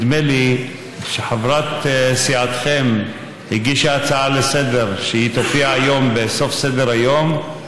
נדמה לי שחברת סיעתכם הגישה הצעה לסדר-היום שתופיע היום בסוף סדר-היום,